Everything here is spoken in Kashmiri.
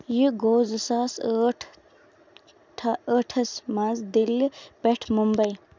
یہِ گوٚو زٕ ساس ٲٹھ ٹھَہ ٲٹھَس منٛز دِلہِ پٮ۪ٹھ مُمبَے